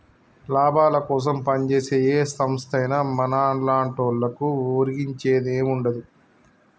లాభాలకోసం పంజేసే ఏ సంస్థైనా మన్లాంటోళ్లకు ఒరిగించేదేముండదు